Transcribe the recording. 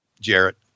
Jarrett